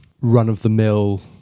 run-of-the-mill